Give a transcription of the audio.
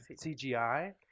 CGI